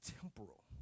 temporal